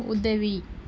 உதவி